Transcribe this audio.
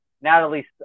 Natalie